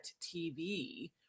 TV